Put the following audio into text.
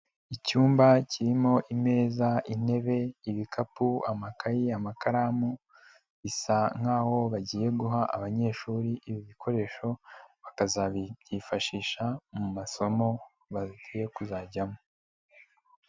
Icyumba kirimo ameza, intebe, ibikapu, amakayi, amakaramu, bisa nkaho bagiye guha abanyeshuri ibi bikoresho, bakazabibyifashisha mu masomo bagiye kuzajyamo.